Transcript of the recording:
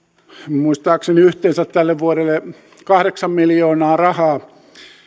muistaakseni yhteensä tälle vuodelle kahdeksan miljoonaa rahaa